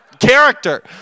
character